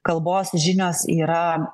kalbos žinios yra